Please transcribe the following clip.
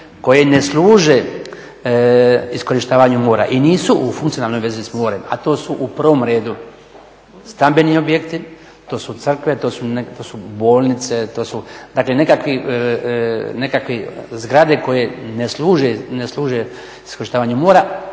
koji ne služe iskorištavanju mora i nisu u funkcionalnoj vezi s morem, a to su u prvom redu stambeni objekti, to su crkve, to su bolnice, to su dakle nekakvi zgrade koje ne služe iskorištavanju mora.